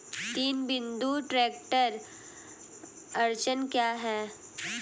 तीन बिंदु ट्रैक्टर अड़चन क्या है?